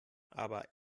aber